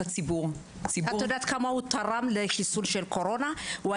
את יודעת כמה הוא תרם לחיסוני הקורונה בקרב העדה האתיופית?